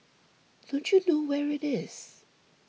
don't you know where it is